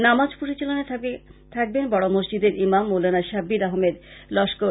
নামাজ পরিচালনায় থাকবেন বড় মসজিদের ইমাম মৌলানা সাব্বির আহমেদ লস্কর